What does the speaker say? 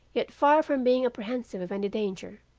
yet far from being apprehensive of any danger,